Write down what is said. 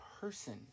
person